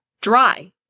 Dry